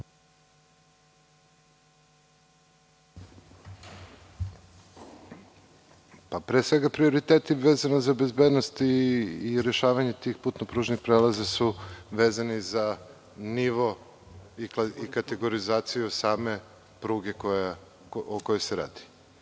Pre svega prioriteti vezani za bezbednost i rešavanje tih putno-pružnih prelaza su vezani za nivo i kategorizaciju same pruge o kojoj se radi.